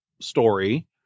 story